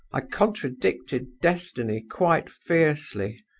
i contradicted destiny quite fiercely.